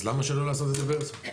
אז למה שלא לעשות את זה באיירסופט?